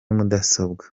mudasobwa